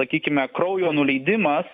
sakykime kraujo nuleidimas